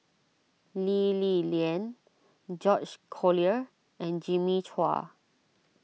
Lee Li Lian George Collyer and Jimmy Chua